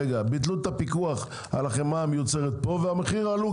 ביטלו את הפיקוח על החמאה המיוצרת פה והמחירים עלו,